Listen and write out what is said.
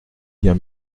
bien